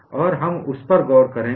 और हम उस पर गौर करेंगे